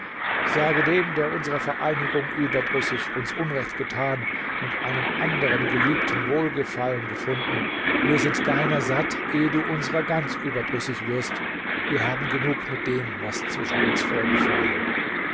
sage dem der unserer vereinigung überdrüssig uns unrecht getan und an einem anderen geliebten wohlgefallen gefunden wir sind deiner satt ehe du unserer ganz überdrüssig wirst wir haben genug mit dem was zwischen uns vorgefallen